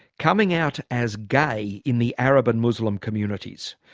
coming out as gay in the arab and muslim communities.